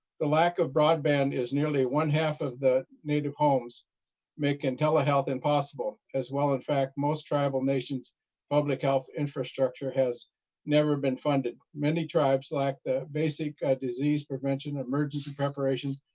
the lack of broadband is nearly one half-of the native homes making telehealth impossible as well in fact, most tribal nations public health infrastructure has never been funded. many tribes lack the basic disease prevention emergency preparation,